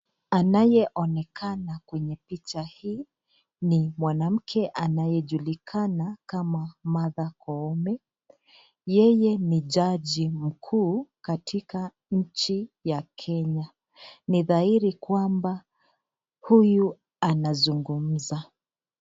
Anaye onekana kwenye picha hii ni mwanamke anayejulikana kama Martha Koome yeye ni jaji mkuu katika nchi ya Kenya. Ni dhahiri kwamba huyu anazungumza.